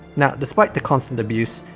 now despite the constant abuse,